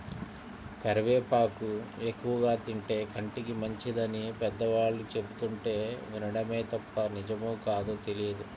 కరివేపాకు ఎక్కువగా తింటే కంటికి మంచిదని పెద్దవాళ్ళు చెబుతుంటే వినడమే తప్ప నిజమో కాదో తెలియదు